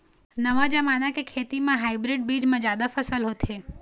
नवा जमाना के खेती म हाइब्रिड बीज म जादा फसल होथे